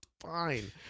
fine